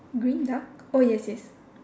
green duck oh yes yes